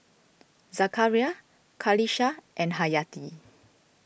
Zakaria Qalisha and Hayati